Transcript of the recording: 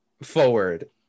Forward